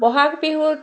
বহাগ বিহুত